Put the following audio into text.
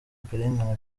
akarengane